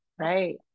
Right